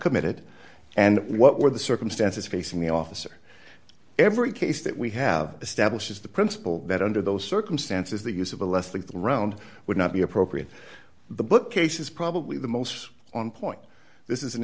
committed and what were the circumstances facing the officer every case that we have established the principle that under those circumstances the use of a less lethal round would not be appropriate the bookcase is probably the most on point this is an